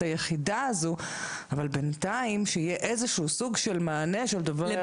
היחידה הזו אבל בינתיים שיהיה איזשהו מענה של דוברי ערבית.